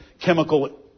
chemical